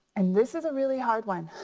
and this is a really hard one.